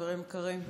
חברים יקרים,